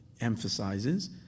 emphasizes